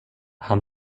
han